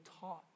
taught